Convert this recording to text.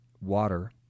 water